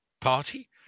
party